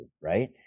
right